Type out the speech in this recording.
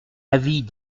avis